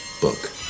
book